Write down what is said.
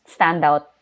standout